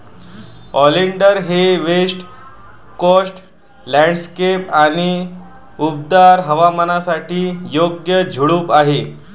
oleander हे west coast landscape आणि उबदार हवामानासाठी योग्य झुडूप आहे